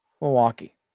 Milwaukee